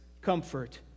comfort